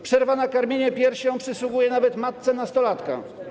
Przerwa na karmienie piersią przysługuje nawet matce nastolatka.